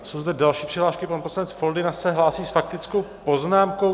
Jsou zde další přihlášky, pan poslanec Foldyna se hlásí s faktickou poznámkou.